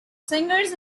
singers